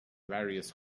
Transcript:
various